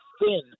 thin